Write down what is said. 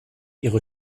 ihre